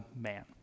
man